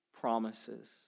promises